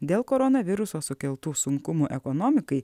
dėl koronaviruso sukeltų sunkumų ekonomikai